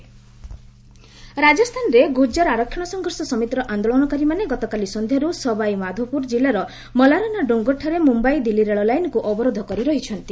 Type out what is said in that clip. Rajasthan agitation ରାଜସ୍ତାନରେ ଗୁର୍ଜର ଆରକ୍ଷଣ ସଂଘର୍ଷ ସମିତିର ଆନ୍ଦୋଳନକାରୀମାନେ ଗତକାଲି ସଂଧ୍ୟାରୁ ସବାଇ ମାଧୋପୁର ଜିଲ୍ଲାର ମଲାରନା ଡୁଙ୍ଗରଠାରେ ମୁମ୍ୟାଇ ଦିଲ୍ଲୀ ରେଳ ଲାଇନ୍କୁ ଅବରୋଧ କରି ରହିଛନ୍ତି